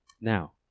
Now